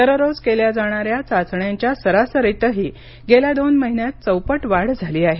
दररोज केल्या जाणाऱ्या चाचण्यांच्या सरासरीतही गेल्या दोन महिन्यात चौपट वाढ झाली आहे